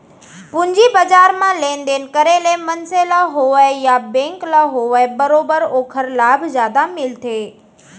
पूंजी बजार म लेन देन करे ले मनसे ल होवय या बेंक ल होवय बरोबर ओखर लाभ जादा मिलथे